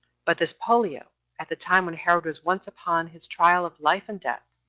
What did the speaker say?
but this pollio, at the time when herod was once upon his trial of life and death,